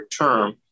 term